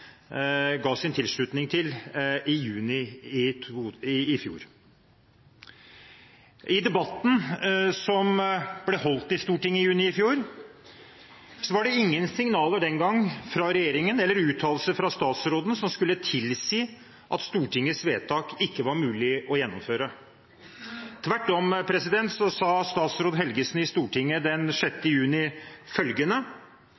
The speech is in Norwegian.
ga sin tilslutning til i juni i fjor. I debatten som ble holdt i Stortinget i juni i fjor, kom det ingen signaler fra regjeringen eller uttalelser fra statsråden som skulle tilsi at Stortingets vedtak ikke var mulig å gjennomføre. Tvert imot sa statsråd Helgesen i Stortinget den